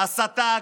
הסתה,